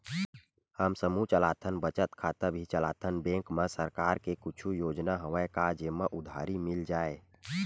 हमन समूह चलाथन बचत खाता भी चलाथन बैंक मा सरकार के कुछ योजना हवय का जेमा उधारी मिल जाय?